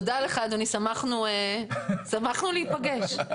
תודה לך אדוני, שמחנו להיפגש.